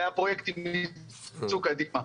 והפרויקטים יפרצו קדימה.